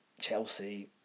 Chelsea